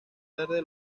tarde